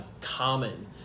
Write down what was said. common